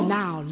now